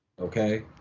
Okay